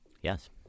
Yes